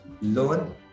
learn